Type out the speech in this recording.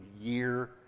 year